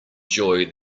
joy